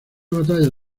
batalla